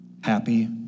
happy